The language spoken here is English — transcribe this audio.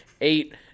eight